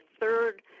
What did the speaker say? third